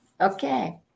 Okay